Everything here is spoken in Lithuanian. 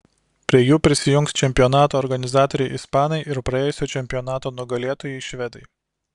prie jų prisijungs čempionato organizatoriai ispanai ir praėjusio čempionato nugalėtojai švedai